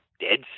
dead